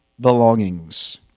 belongings